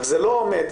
רק שזה לא עומד,